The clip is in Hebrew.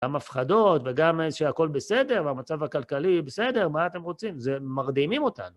גם הפחדות, וגם שהכול בסדר, והמצב הכלכלי בסדר, מה אתם רוצים? זה מרדימים אותנו.